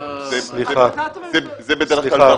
מה